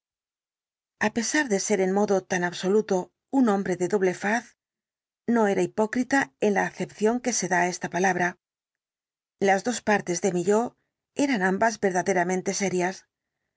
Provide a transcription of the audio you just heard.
a pesar de ser en modo tan absoluto un hombre de doble faz no era hipócrita en la acepción que se da á esta palabra las dos partes de mi yo eran ambas verdaderamente serias